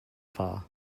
far